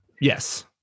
Yes